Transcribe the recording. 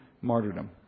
martyrdom